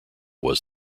was